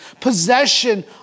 Possession